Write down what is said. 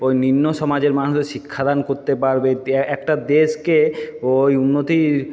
ওই নিম্ন সমাজের মানুষদের শিক্ষাদান করতে পারবে একটা দেশকে ওই উন্নতির